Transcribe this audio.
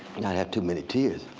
not have too many tears.